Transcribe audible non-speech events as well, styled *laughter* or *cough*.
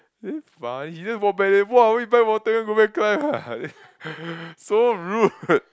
damn funny he just walk back then !wah! why you buy water you want go back climb ah *laughs* so rude